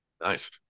Nice